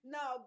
Now